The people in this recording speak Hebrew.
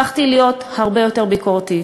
הפכתי להיות הרבה יותר ביקורתית,